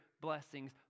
blessings